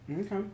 Okay